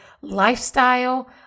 lifestyle